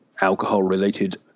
alcohol-related